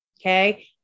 Okay